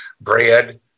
bread